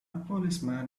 policeman